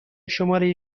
شماره